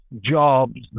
jobs